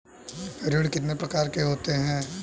ऋण कितने प्रकार के होते हैं?